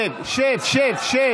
שב, שב.